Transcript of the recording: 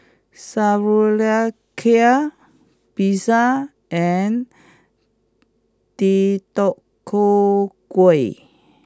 Sauerkraut Pizza and Deodeok gui